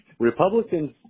Republicans